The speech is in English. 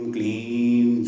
Clean